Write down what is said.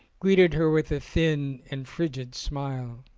greeted her with a thin and frigid smile.